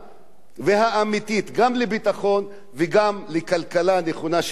והאמיתית גם לביטחון וגם לכלכלה נכונה של מדינת ישראל.